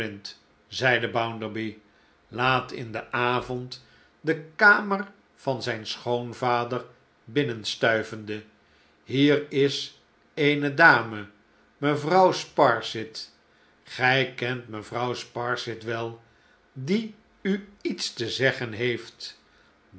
zeide bounderby laat in den avond de kamer van zijn schoonvader binnenstuiven en hier is eene dame mevrouw sparsit gij kent mevrouw sparsit wel die u iets te zeggen heeft